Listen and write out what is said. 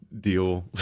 deal